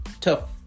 Tough